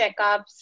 checkups